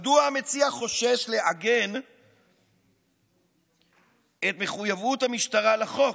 מדוע המציע חושש לעגן את מחויבות המשטרה לחוק